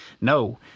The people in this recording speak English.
No